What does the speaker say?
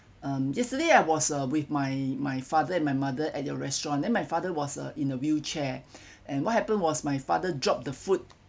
um yesterday I was uh with my my father and my mother at your restaurant then my father was in a wheelchair and what happened was my father drop the food